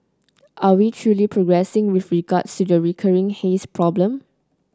are we truly progressing with regards to the recurring haze problem